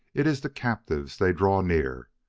it is the captives they draw near.